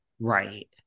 Right